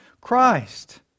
Christ